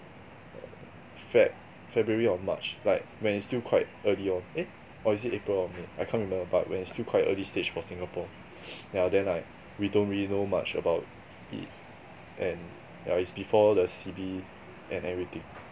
err feb~ february or march like when it's still quite early on eh or is it april or may I can't remember but when it's still quite early stage for singapore ya then I then like we don't really know much about it and ya as before the C_B and everything